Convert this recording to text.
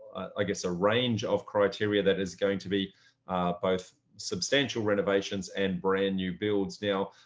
i guess, a range of criteria that is going to be both substantial renovations and brand new builds. now,